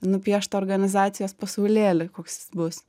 nupieštą organizacijos pasaulėlį koks jis bus